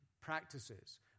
practices